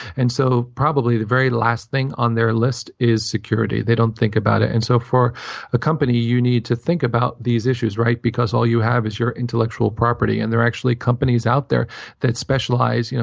and so probably the very last thing on their list is security. they don't think about it. and so for a company, you need to think about these issues. right? because all you have is your intellectual property. and there are actually companies out there that specialize. you know